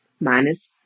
minus